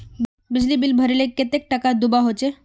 बिजली बिल भरले कतेक टाका दूबा होचे?